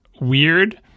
weird